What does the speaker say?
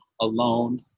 alone